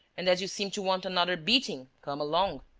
and, as you seem to want another beating, come along!